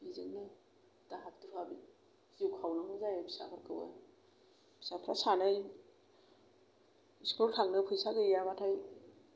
बेजोंनो दाहाब दुहाब जिउ खांनांगौ जायो फिसाफोरखौबो फिसाफोरा सानै स्कुल थाङो फैसा गैयाबाथाय